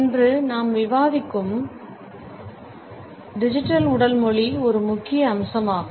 இன்று நாம் விவாதிக்கும் டிஜிட்டல் உடல் மொழி ஒரு முக்கிய அம்சம் ஆகும்